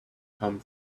come